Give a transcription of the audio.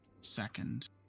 second